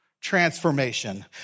transformation